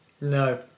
no